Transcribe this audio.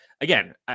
again